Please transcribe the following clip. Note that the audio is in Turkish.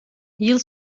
yıl